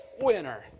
winner